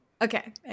Okay